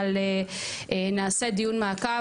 אבל נעשה דיון מעקב,